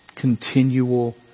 Continual